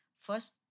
first